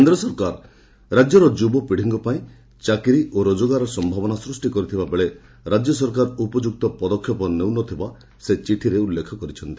କେନ୍ଦ୍ର ସରକାର ରାଜ୍ୟର ଯୁବପିତୀଙ୍କ ପାଇଁ ଚାକିରୀ ଓ ରୋଜଗାର ସମ୍ଭାବନା ସୂଷ୍ଟି କରିଥିବାବେଳେ ରାଜ୍ୟ ସରକାର ଉପଯୁକ୍ତ ପଦକ୍ଷେପ ନେଉନଥିବା ସେ ଚିଠିରେ ଉଲ୍କେଖ କରିଛନ୍ତି